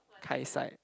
Kai side